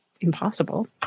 impossible